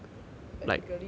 technically you just